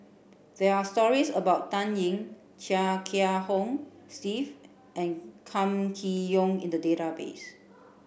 there are stories about Dan Ying Chia Kiah Hong Steve and Kam Kee Yong in the database